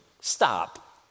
Stop